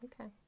Okay